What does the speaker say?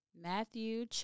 Matthew